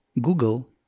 Google